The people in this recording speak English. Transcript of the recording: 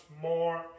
more